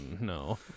no